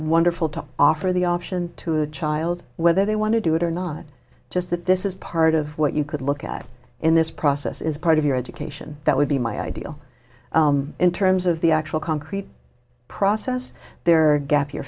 wonderful to offer the option to a child whether they want to do it or not just that this is part of what you could look at in this process is part of your education that would be my ideal in terms of the actual concrete process there are gaps you